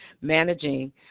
managing